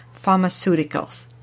pharmaceuticals